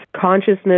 consciousness